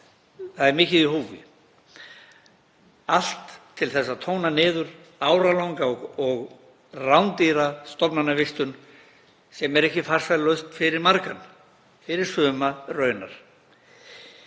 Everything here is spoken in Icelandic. Það er mikið í húfi, allt til að tóna niður áralanga og rándýra stofnanavistun sem er ekki farsæl lausn fyrir marga, fyrir suma raunar.